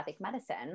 medicine